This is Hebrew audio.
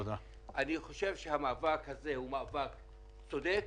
אני חושב שהמאבק הזה הוא מאבק צודק.